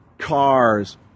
Cars